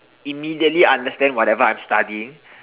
immediately understand whatever I'm studying